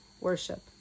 worship